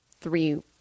three